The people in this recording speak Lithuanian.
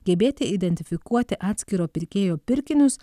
gebėti identifikuoti atskiro pirkėjo pirkinius